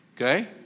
Okay